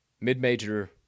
mid-major